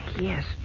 Yes